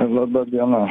laba diena